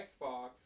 Xbox